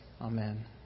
Amen